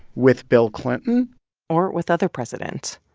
with bill clinton or with other presidents.